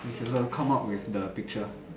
come up with the picture